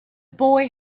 boy